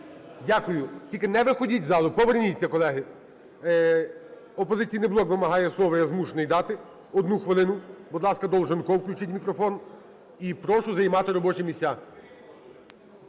Дякую. Тільки не виходьте з зали, поверніться, колеги. "Опозиційний блок" вимагає слово, я змушений дати одну хвилину. Будь ласка, Долженков, включіть мікрофон. І прошу займати робочі місця.